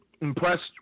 impressed